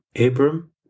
Abram